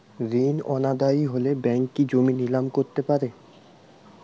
ঋণ অনাদায়ি হলে ব্যাঙ্ক কি জমি নিলাম করতে পারে?